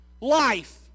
life